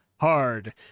Hard